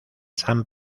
san